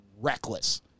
reckless